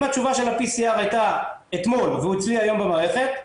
אם התשובה של ה-PCR הייתה אתמול והוא אצלי היום במערכת,